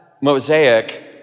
mosaic